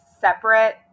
separate